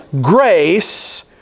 grace